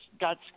got